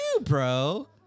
bro